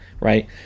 right